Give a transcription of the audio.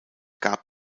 gab